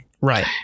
right